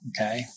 okay